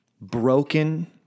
broken